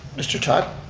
mr. todd.